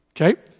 okay